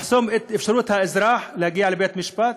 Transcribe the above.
לחסום את האפשרות של האזרח להגיע לבית-המשפט,